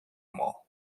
mall